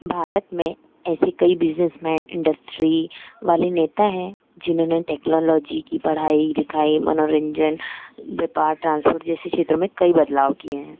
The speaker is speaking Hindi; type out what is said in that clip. भारत में ऐसे कई बिज़नेसमेन इंडस्ट्री वाले नेता हैं जिन्होंने टेक्नॉलोजी की पढ़ाई लिखाई मनोरंजन व्यापार ट्रांसपोर्ट जैसी क्षेत्रों में कई बदलाव किए हैं